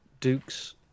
Duke's